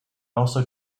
also